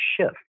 shift